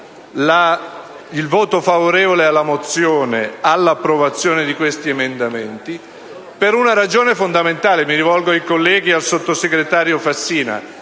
il voto favorevole sulla mozione all'approvazione di questi emendamenti per la ragione fondamentale - mi rivolgo ai colleghi e al vice ministro Fassina